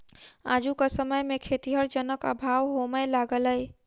आजुक समय मे खेतीहर जनक अभाव होमय लगलै